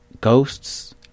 ghosts